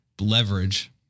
leverage